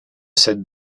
cette